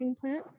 plant